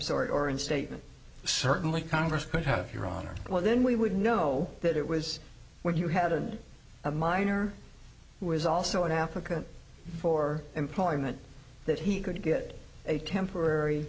story or in statement certainly congress could have your honor well then we would know that it was when you had a minor who was also in africa for employment that he could get a temporary